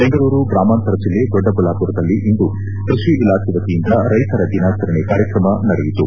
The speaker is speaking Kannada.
ಬೆಂಗಳೂರು ಗ್ರಾಮಾಂತರ ಜಿಲ್ಲೆ ದೊಡ್ಡಬಳ್ಳಾಪುರದಲ್ಲಿಂದು ಕೃಷಿ ಇಲಾಖೆ ವತಿಯಿಂದ ರೈತರ ದಿನಾಚರಣೆ ಕಾರ್ಯಕ್ರಮ ನಡೆಯಿತು